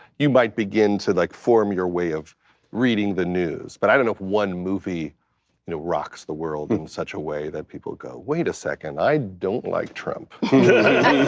you might begin to like form your way of reading the news. but i don't know if one movie you know rocks the world in such a way that people go, wait a second, i don't like trump.